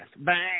Bang